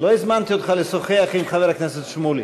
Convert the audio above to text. לא הזמנתי אותך לשוחח עם חבר הכנסת שמולי.